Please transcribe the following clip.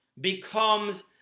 becomes